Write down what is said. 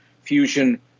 Fusion